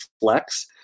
flex